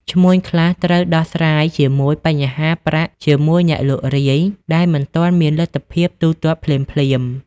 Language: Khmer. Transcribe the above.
ឈ្មួញខ្លះត្រូវដោះស្រាយជាមួយ បញ្ហាប្រាក់ជាមួយអ្នកលក់រាយដែលមិនទាន់មានលទ្ធភាពទូទាត់ភ្លាមៗ។